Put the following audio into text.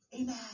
Amen